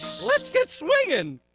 lets get swingin'!